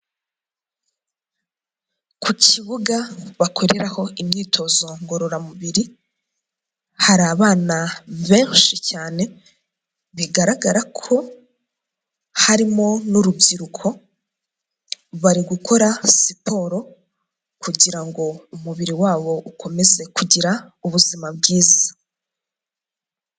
Ku kibuga bakoreraho imyitozo ngororamubiri hari abana benshi cyane bigaragara ko harimo n'urubyiruko. Bari gukora siporo kugira ngo umubiri wabo ukomeze kugira ubuzima bwiza.